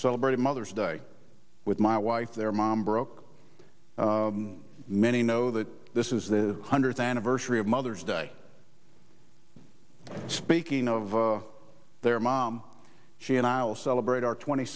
celebrated mother's day with my wife their mom broke many know that this is the hundredth anniversary of mother's day speaking of their mom she and i will celebrate our twenty